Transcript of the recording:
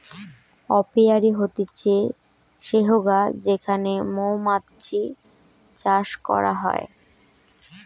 apiary হতিছে সেহগা যেখানে মৌমাতছি চাষ করা হয়